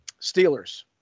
Steelers